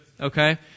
Okay